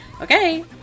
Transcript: Okay